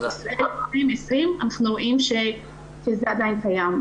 אנחנו רואים שזה עדיין קיים.